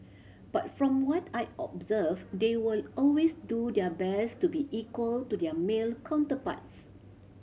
but from what I observed they will always do their best to be equal to their male counterparts